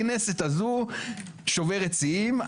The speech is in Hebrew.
הכנסת הזו שוברת שיאים.